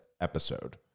episode